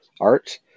art